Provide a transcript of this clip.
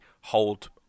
hold